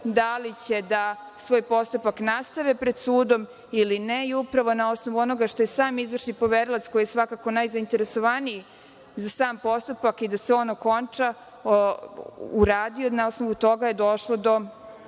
da li će svoj postupak da nastave pred sudom ili ne. Upravo na osnovu onoga što je sam izvršni poverilac, koji je svakako najzainteresovaniji za sam postupak, da se on okonča, uradio, na osnovu toga je došlo do